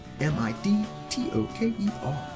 M-I-D-T-O-K-E-R